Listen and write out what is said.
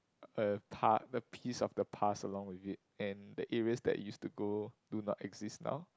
a pa~ the piece of the past along with it and the areas that used to go do not exist now